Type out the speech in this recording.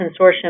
consortium